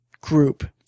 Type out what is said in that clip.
group